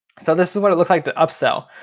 so this is what it looks like to upsell.